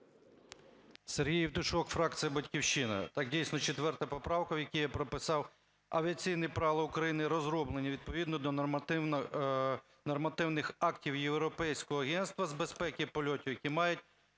Сергій Євтушок, фракція "Батьківщина". Так, дійсно, 4 поправка, в якій я прописав "авіаційні правила України, розроблені відповідно до нормативних актів Європейського агентства з безпеки польотів, які містять